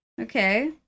Okay